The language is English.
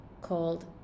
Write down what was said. called